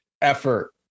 effort